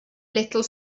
little